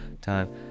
time